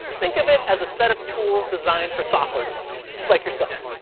think of it as a set of tools designed for software developers like yourself.